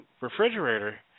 refrigerator